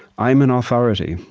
i'm an authority,